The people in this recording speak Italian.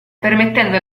permettendo